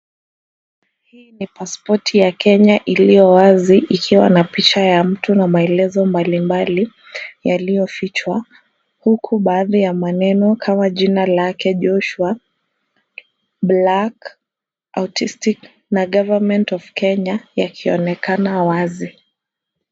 Hii ni pasipoti ya Kenya iliyo wazi ikiwa na picha ya mtu na maelezo mbalimbali yaliyofichwa, huku baadhi ya maneno kama jina lake, Joshua, Black, Autistic na Government of Kenya yakionekana wazi.